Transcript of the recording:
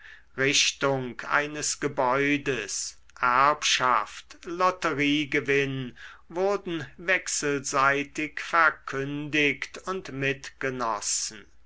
richtung eines gebäudes erbschaft lotteriegewinn wurden wechselseitig verkündigt und mitgenossen